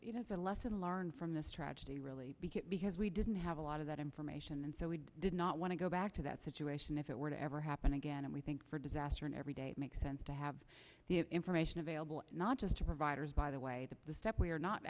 you know it's a lesson learned from this tragedy really because we didn't have a lot of that information and so we did not want to go back to that situation if it were to ever happen again and we think for disaster in every day it makes sense to have the information available not just to providers by the way that the step we're not